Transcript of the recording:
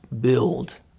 build